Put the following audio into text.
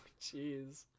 Jeez